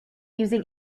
using